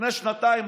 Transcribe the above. לפני שנתיים,